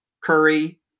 Curry